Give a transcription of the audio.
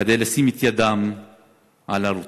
כדי לשים את ידם על הרוצחים.